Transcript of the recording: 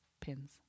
pins